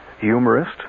humorist